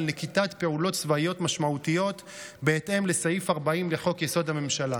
נקיטת פעולות צבאיות משמעותיות בהתאם לסעיף 40 לחוק-יסוד: הממשלה.